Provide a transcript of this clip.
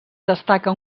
destaca